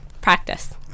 practice